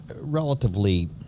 relatively